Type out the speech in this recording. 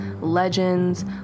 legends